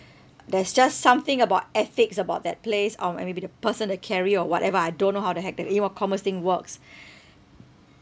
there's just something about ethics about that place or may~ maybe the person that carry or whatever I don't know how to hack that E-commerce thing works